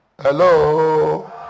Hello